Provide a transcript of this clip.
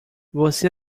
você